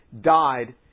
died